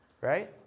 Right